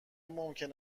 ممکن